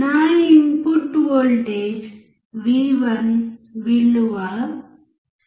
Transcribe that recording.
నా input voltage V 1 విలువ0